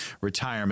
retirement